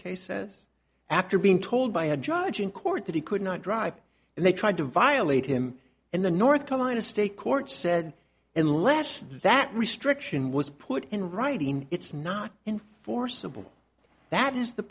says after being told by a judge in court that he could not drive and they tried to violate him and the north carolina state court said unless that restriction was put in writing it's not enforceable that is the